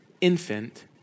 infant